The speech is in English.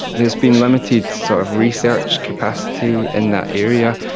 there has been limited sort of research capacity in that area,